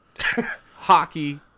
hockey